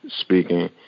speaking